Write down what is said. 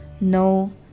no